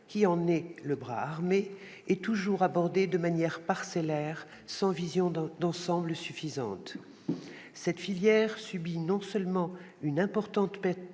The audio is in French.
qui en est le bras armé, est toujours abordée de manière parcellaire, sans vision d'ensemble. Non seulement cette filière subit une importante perte